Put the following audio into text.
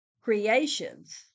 creations